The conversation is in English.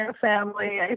family